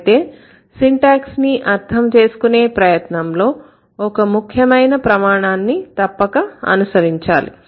అయితే సింటాక్స్ ని అర్థం చేసుకునే ప్రయత్నంలో ఒక ముఖ్యమైన ప్రమాణాన్ని తప్పక అనుసరించాలి